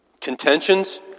Contentions